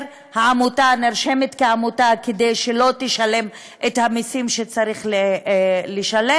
העמותה נרשמת כעמותה כדי שלא תשלם את המסים שצריך לשלם,